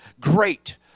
great